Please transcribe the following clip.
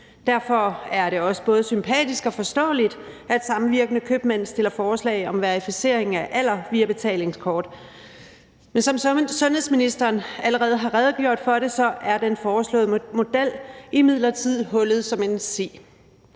derfor er det også både sympatisk og forståeligt, at De Samvirkende Købmænd stiller forslag om verificering af alder via betalingskort. Men som sundhedsministeren allerede har redegjort for, er den foreslåede model imidlertid hullet som en si.